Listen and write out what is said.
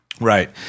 Right